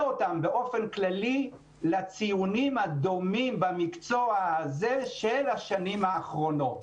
אותם באופן כללי לציונים הדומים במקצוע הזה של השנים האחרונות.